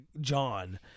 John